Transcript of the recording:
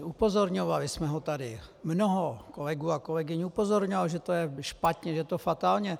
Upozorňovali jsme ho tady, mnoho kolegů a kolegyň upozorňovalo, že je to špatně, je to fatálně...